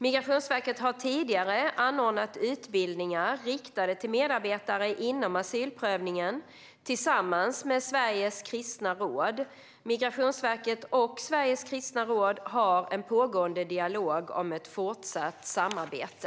Migrationsverket har tidigare anordnat utbildningar riktade till medarbetare inom asylprövningen tillsammans med Sveriges kristna råd. Migrationsverket och Sveriges kristna råd har en pågående dialog om ett fortsatt samarbete.